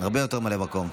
הרבה יותר מממלא מקום.